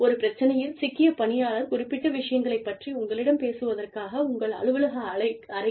ஒரு பிரச்சனையில் சிக்கிய பணியாளர் குறிப்பிட்ட விஷயங்களைப் பற்றி உங்களிடம் பேசுவதற்காக உங்கள் அலுவலக அறைக்கு வருகிறார்